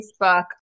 Facebook